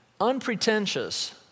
unpretentious